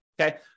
okay